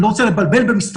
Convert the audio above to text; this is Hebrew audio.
אני לא רוצה לבלבל במספרים,